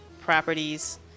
properties